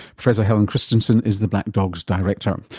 professor helen christiansen is the black dog's director. um